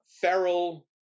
feral